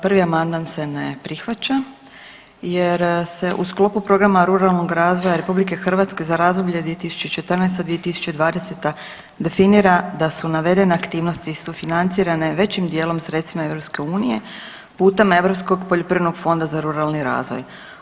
Prvi amandman se ne prihvaća jer se u sklopu programa Ruralnog razvoja RH za razdoblje 2014.-2020. definira da su navedene aktivnosti sufinancirane većim dijelom sredstvima EU putem Europskog poljoprivrednog fonda za ruralni razvoj.